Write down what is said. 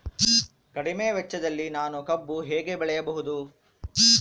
ಕಡಿಮೆ ವೆಚ್ಚದಲ್ಲಿ ನಾನು ಕಬ್ಬು ಹೇಗೆ ಬೆಳೆಯಬಹುದು?